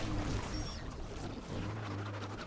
technology ꯆꯥꯎꯈꯠꯂꯛꯄꯒ ꯂꯣꯏꯅꯅ